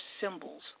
symbols